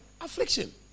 affliction